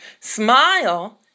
smile